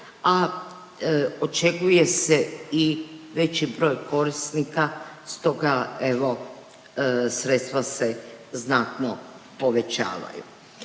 a očekuje se i veći broj korisnika stoga evo sredstva se znatno povećavaju.